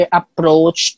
approach